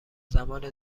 زمان